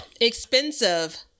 Expensive